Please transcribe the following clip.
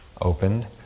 opened